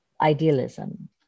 idealism